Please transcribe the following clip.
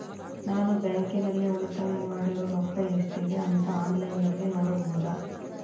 ನಾನು ಬ್ಯಾಂಕಿನಲ್ಲಿ ಉಳಿತಾಯ ಮಾಡಿರೋ ರೊಕ್ಕ ಎಷ್ಟಿದೆ ಅಂತಾ ಆನ್ಲೈನಿನಲ್ಲಿ ನೋಡಬಹುದಾ?